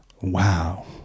Wow